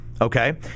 Okay